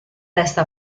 testa